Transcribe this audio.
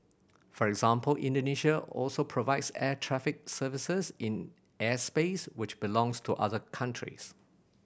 for example Indonesia also provides air traffic services in airspace which belongs to other countries